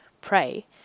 pray